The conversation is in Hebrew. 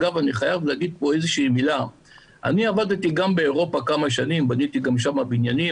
אני חייב להגיד פה שעבדתי גם באירופה כמה שנים בניתי גם שם בניינים,